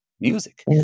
music